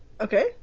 Okay